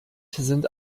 sind